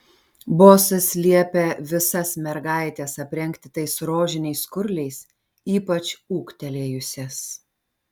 bosas liepia visas mergaites aprengti tais rožiniais skurliais ypač ūgtelėjusias